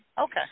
okay